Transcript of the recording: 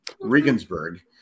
Regensburg